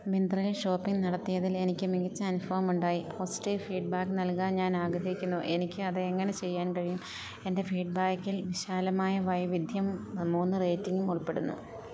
മിന്ത്രയില് shopping നടത്തിയതിലെനിക്ക് മികച്ച അനുഭവമുണ്ടായി പോസിറ്റീവ് ഫീഡ്ബാക്ക് നൽകാൻ ഞാനാഗ്രഹിക്കുന്നു എനിക്ക് അതെങ്ങനെ ചെയ്യാൻ കഴിയും എൻറ്റെ ഫീഡ്ബാക്കിൽ വിശാലമായ വൈവിധ്യവും മൂന്ന് റേയ്റ്റിങ്ങും ഉൾപ്പെടുന്നു